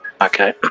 Okay